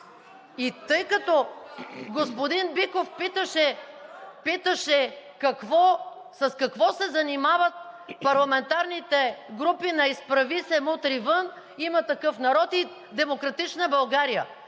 И тъй като господин Биков питаше с какво се занимават парламентарните групи на „Изправи се! Мутри вън!“, „Има такъв народ“ и „Демократична България“?